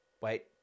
Wait